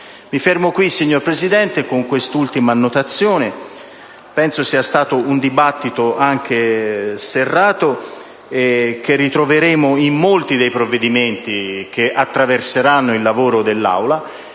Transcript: Mi fermo qui, signor Presidente, con quest'ultima notazione. Penso sia stato un dibattito serrato, che ritroveremo in molti provvedimenti che verranno trattati dall'Assemblea